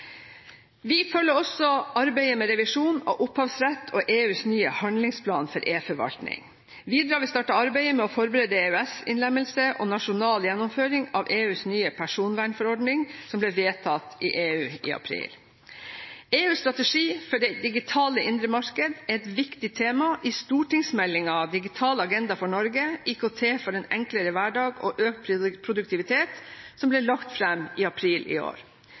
Vi følger også arbeidet med revisjonen av opphavsrett og EUs nye handlingsplan for e-forvaltning. Videre har vi startet arbeidet med å forberede EØS-innlemmelse og nasjonal gjennomføring av EUs nye personvernforordning, som ble vedtatt i EU i april. EUs strategi for det digitale indre markedet er et viktig tema i stortingsmeldingen Digital agenda for Norge – IKT for en enklere hverdag og økt produktivitet, som ble lagt fram i april i år.